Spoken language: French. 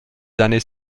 années